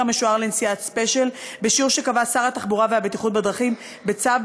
המשוער לנסיעת ספיישל בשיעור שקבע שר התחבורה והבטיחות בדרכים בצו,